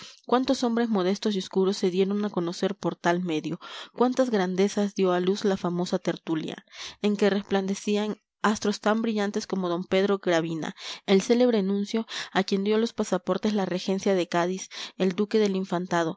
cuántos hombres modestos y oscuros se dieron a conocer por tal medio cuántas grandezas dio a luz la famosa tertulia en que resplandecían astros tan brillantes como d pedro gravina el célebre nuncio a quien dio los pasaportes la regencia de cádiz el duque del infantado